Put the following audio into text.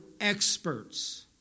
experts